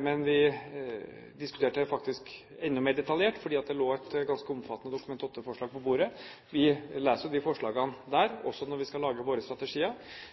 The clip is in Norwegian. men vi diskuterte det faktisk enda mer detaljert, for det lå et ganske omfattende Dokument 8-forslag på bordet. Vi leser jo de forslagene der også når vi skal lage våre strategier.